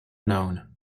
known